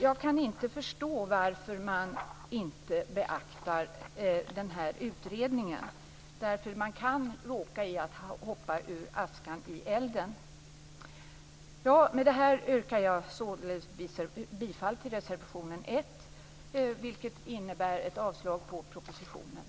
Jag kan inte förstå varför man inte beaktar den här utredningen. Man kan råka hoppa ur askan i elden. Med det här yrkar jag således bifall till reservation